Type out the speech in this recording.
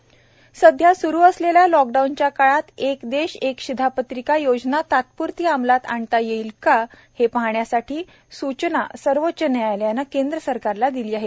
सर्वोच्च न्यायालय एयर सध्या सरू असलेल्या लॉकडाऊनच्या काळात एक देश एक शिधापत्रिका योजना तात्प्रती अमलात आणता येईल का हे पाहण्याची सुचना सर्वोच्च न्यायालयाने केंद्र सरकारला केली आहे